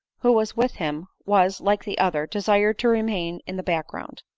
who was with him, was, like the other, desired to remain in the back ground.